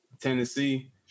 Tennessee